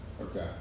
okay